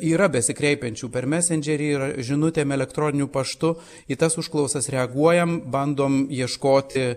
yra besikreipiančių per mesendžerį ir žinutėm elektroniniu paštu į tas užklausas reaguojam bandom ieškoti